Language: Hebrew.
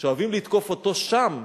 שאוהבים לתקוף אותו שם,